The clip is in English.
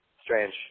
Strange